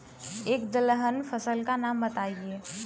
एक दलहन फसल का नाम बताइये